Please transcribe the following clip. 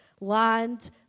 Land